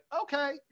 okay